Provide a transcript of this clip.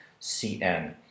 CN